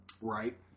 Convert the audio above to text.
Right